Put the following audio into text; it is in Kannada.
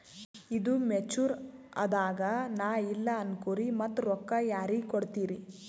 ಈದು ಮೆಚುರ್ ಅದಾಗ ನಾ ಇಲ್ಲ ಅನಕೊರಿ ಮತ್ತ ರೊಕ್ಕ ಯಾರಿಗ ಕೊಡತಿರಿ?